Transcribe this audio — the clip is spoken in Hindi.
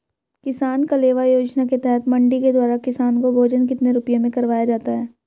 किसान कलेवा योजना के तहत मंडी के द्वारा किसान को भोजन कितने रुपए में करवाया जाता है?